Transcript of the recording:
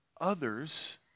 others